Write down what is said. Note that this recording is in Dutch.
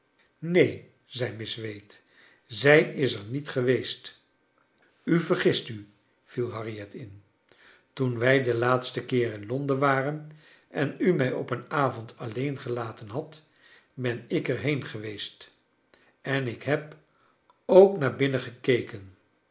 zei miss wade zij is er niet geweest u vergist u viel harriet in toen wij den laatsten keer in londen waren en u mij op een avond alleen gelaten hadt ben ik er heen geweest en ik heb ook naar binnen gekeken